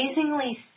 amazingly